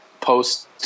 post